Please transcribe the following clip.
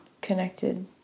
connected